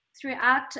throughout